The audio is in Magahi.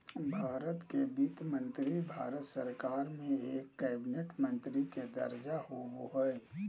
भारत के वित्त मंत्री भारत सरकार में एक कैबिनेट मंत्री के दर्जा होबो हइ